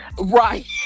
Right